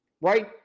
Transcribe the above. right